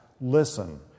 listen